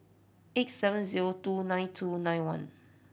eight seven zero two nine two nine one